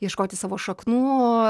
ieškoti savo šaknų